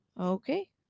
Okay